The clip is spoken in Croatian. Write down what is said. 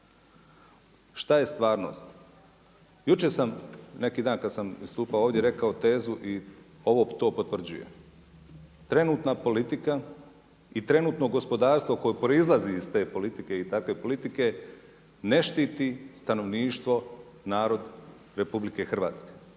Šta je stvarnost? Jučer sam, neki dan kad sam nastupao ovdje i rekao tezu i ovo to potvrđuje. Trenutna politika i trenutno gospodarstvo koje proizlazi iz te politike i takve politike ne štiti stanovništvo, narod RH. Ne štiti,